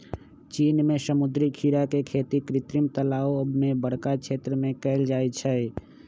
चीन में समुद्री खीरा के खेती कृत्रिम तालाओ में बरका क्षेत्र में कएल जाइ छइ